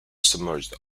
submerged